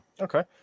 Okay